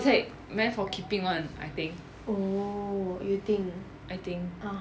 it's like meant for keeping [one] I think I think